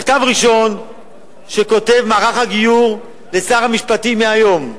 מכתב ראשון שכותב מערך הגיור לשר המשפטים מהיום: